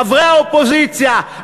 חברי האופוזיציה,